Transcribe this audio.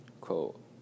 quote